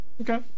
Okay